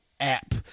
app